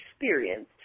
experienced